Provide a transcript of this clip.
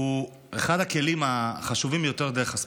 אחד הכלים החשובים ביותר הוא דרך הספורט.